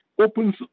opens